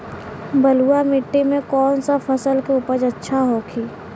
बलुआ मिट्टी में कौन सा फसल के उपज अच्छा होखी?